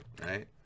right